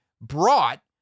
brought